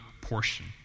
portion